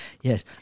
Yes